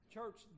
Church